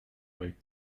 rue